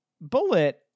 Bullet